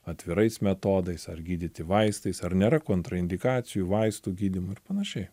atvirais metodais ar gydyti vaistais ar nėra kontraindikacijų vaistų gydymo ir panašiai